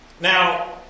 Now